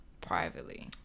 privately